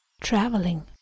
traveling